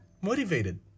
motivated